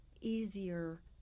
easier